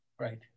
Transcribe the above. Right